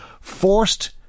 forced